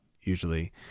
usually